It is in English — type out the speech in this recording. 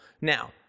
Now